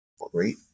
Great